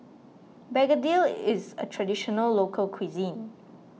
Begedil is a Traditional Local Cuisine